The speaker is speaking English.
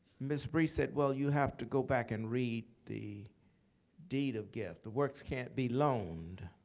ms. bry said, well, you have to go back and read the deed of gift. the works can't be loaned.